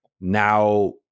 now